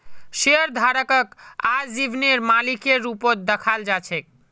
शेयरधारकक आजीवनेर मालिकेर रूपत दखाल जा छेक